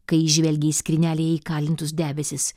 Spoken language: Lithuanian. kai įžvelgė į skrynelę įkalintus debesis